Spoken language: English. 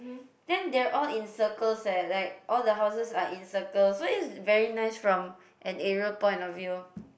then there're all in circles eh like all the houses are in circle is very nice from an aerial point of view